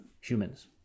humans